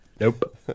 Nope